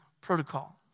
protocol